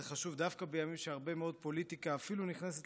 וזה חשוב דווקא בימים שהרבה מאוד פוליטיקה נכנסת